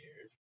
years